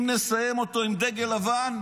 אם נסיים אותו עם דגל לבן,